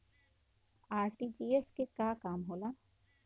RTGS के का काम होला?